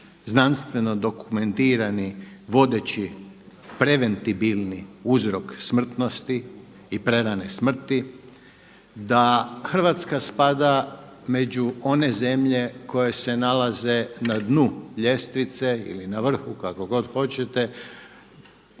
Hrvatska spada među one zemlje koje se nalaze na dnu ljestvice ili na vrhu kako god hoćete